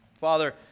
Father